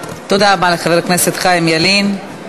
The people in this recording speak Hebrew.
תודה רבה לחבר הכנסת חיים ילין.